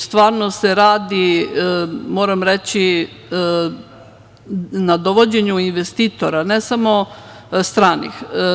Stvarno se radi, moram reći, na dovođenju investitora, ne samo stranih.